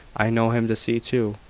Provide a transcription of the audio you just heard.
i know him to see to.